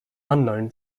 unknown